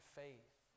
faith